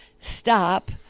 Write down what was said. stop